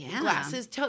glasses